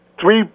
three